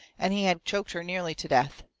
and he had choked her nearly to death.